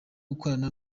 gukorana